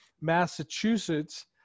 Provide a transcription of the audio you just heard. Massachusetts